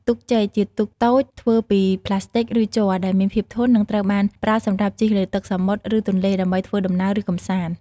ទូកចេកជាទូកតូចធ្វើពីផ្លាស្ទិចឬជ័រដែលមានភាពធន់ និងត្រូវបានប្រើសម្រាប់ជិះលើទឹកសមុទ្រ ឬទន្លេ ដើម្បីធ្វើដំណើរឬកម្សាន្ត។